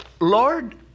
Lord